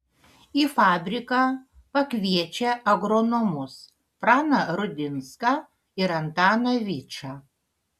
į fabriką pakviečia agronomus praną rudinską ir antaną vyčą